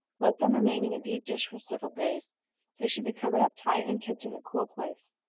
let them remain in a deep dish for several days they should be covered up tight, and kept in a cool place.